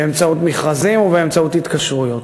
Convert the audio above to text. באמצעות מכרזים ובאמצעות התקשרויות.